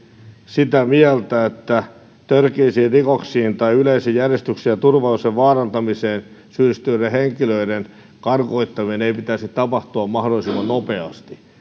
sitä mieltä että törkeisiin rikoksiin tai yleisen järjestyksen ja turvallisuuden vaarantamiseen syyllistyneiden henkilöiden karkottamisen ei pitäisi tapahtua mahdollisimman nopeasti